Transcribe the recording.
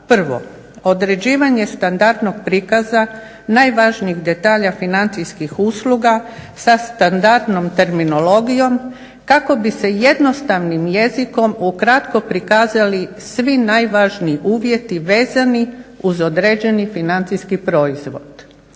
Prvo, određivanje standardnog prikaza najvažnijih detalja financijskih usluga sa standardnom terminologijom kako bi se jednostavnim jezikom ukratko prikazali svi najvažniji uvjeti vezani uz određeni financijski proizvod.